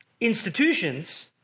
institutions